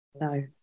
No